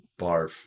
barf